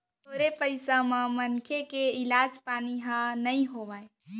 थोरे पइसा म मनसे के इलाज पानी ह नइ होवय